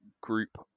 group